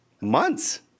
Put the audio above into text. months